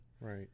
right